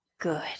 good